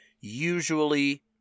usually